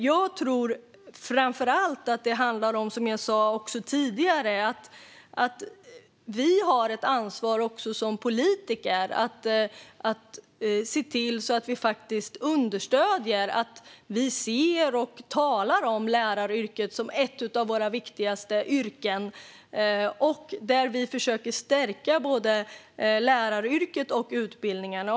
Jag tror framför allt att det handlar om, som jag sa tidigare, att vi har ett ansvar som politiker när det gäller att understödja läraryrket, tala om det som ett av våra viktigaste yrken och försöka stärka både läraryrket och utbildningen.